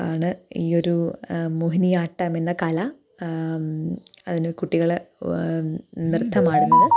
ആണ് ഈ ഒരു മോഹിനിയാട്ടമെന്ന കല അതിനു കുട്ടികൾ നൃത്തമാടുന്നത്